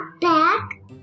back